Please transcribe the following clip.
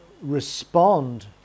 respond